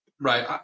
Right